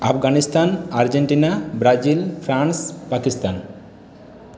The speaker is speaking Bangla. Afghanistan Argentina Brazil France Pakistan